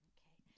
Okay